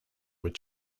were